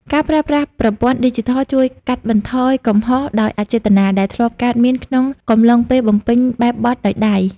ការប្រើប្រាស់ប្រព័ន្ធឌីជីថលជួយកាត់បន្ថយកំហុសដោយអចេតនា ដែលធ្លាប់កើតមានក្នុងកំឡុងពេលបំពេញបែបបទដោយដៃ។